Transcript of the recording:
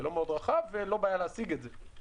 זה לא מאוד רחב ולא בעיה להשיג את זה.